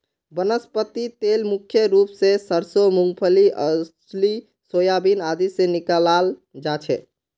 वनस्पति तेल मुख्य रूप स सरसों मूंगफली अलसी सोयाबीन आदि से निकालाल जा छे